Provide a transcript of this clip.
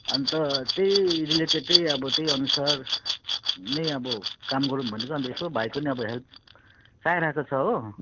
अनि त त्यही रिलेटेडै अब त्यहीअनुसार नै अब काम गरौँ भनेको अनि त यसो भाइ पनि अब हेल्प चाहिरहेको छ हो